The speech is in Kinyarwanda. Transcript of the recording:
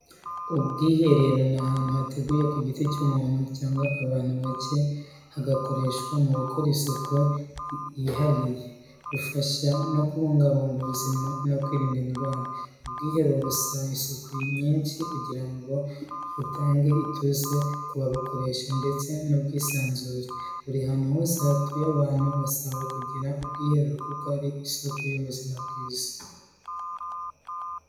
Ubwiherero ni ahantu hateguwe ku giti cy’umuntu cyangwa abantu bake hagakoreshwa mu gukora isuku yihariye. Bufasha mu kubungabunga ubuzima no kwirinda indwara. Ubwihero busaba isuku nyinshi kugira ngo butange ituze ku babukoresha, ndetse n’ubwisanzure. Buri hantu hose hatuye abantu hasabwa kugira ubwiherero kuko ari isoko y’ubuzima bwiza.